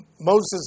Moses